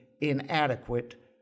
inadequate